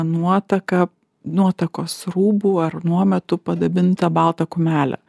nuotaką nuotakos rūbu ar nuometu padabintą baltą kumelę